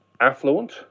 affluent